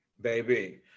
baby